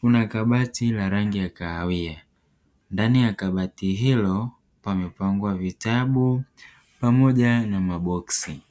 kuna kabati la rangi ya kahawia, ndani ya kabati hilo pamepangwa vitabu pamoja na maboksi.